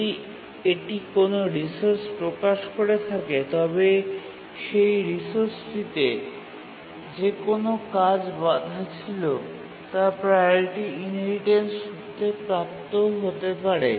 যদি এটি কোনও রিসোর্স প্রকাশ করে থাকে তবে সেই রিসোর্স টিতে যে কোনও কাজ বাধা ছিল তা প্রাওরিটি ইনহেরিটেন্স সূত্রে প্রাপ্ত হতে পারে